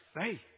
faith